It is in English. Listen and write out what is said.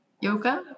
yoga